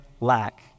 lack